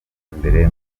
imbere